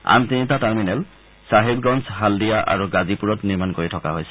আন তিনিটা টাৰ্মিনেল ছাহিবগঞ্জ হালদিয়া আৰু গাজিপুৰত নিৰ্মাণ কৰি থকা হৈছে